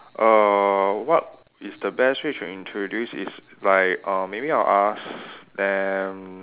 err what is the best way to introduce is like uh maybe I'll ask them